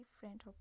different